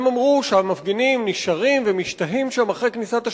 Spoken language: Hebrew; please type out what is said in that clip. הם אמרו שהמפגינים נשארים ומשתהים שם אחרי כניסת השבת.